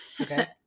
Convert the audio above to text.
Okay